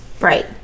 Right